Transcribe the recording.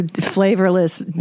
flavorless